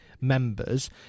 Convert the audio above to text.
members